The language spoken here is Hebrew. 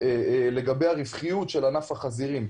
לגבי הרווחיות של ענף החזירים,